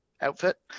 outfit